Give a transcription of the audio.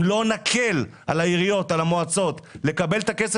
אם לא נקל על העיריות ועל המועצות לקבל את הכסף